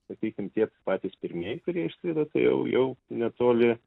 sakykim tiek patys pirmieji kurie išskrido tai jau jau netoli